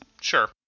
Sure